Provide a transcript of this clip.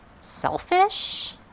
selfish